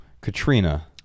Katrina